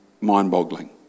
mind-boggling